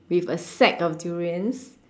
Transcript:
with a sack of durians